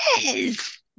Yes